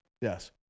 Yes